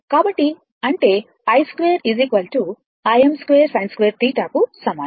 కాబట్టి అంటే i2 Im2sin2θ కు సమానం